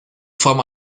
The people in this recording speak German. form